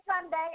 Sunday